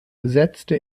setzte